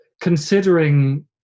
considering